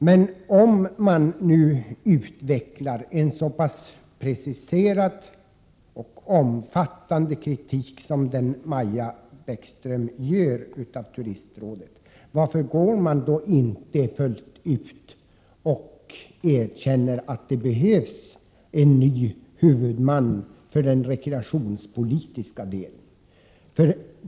Men om man nu utvecklar en så pass preciserad och omfattande kritik av Turistrådet som Maja Bäckström gör, varför då inte ta steget fullt ut och erkänna att det behövs en ny huvudman för den rekreationspolitiska delen?